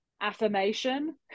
affirmation